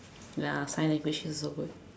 ya final equations also good